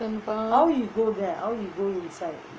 chicken farm